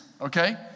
okay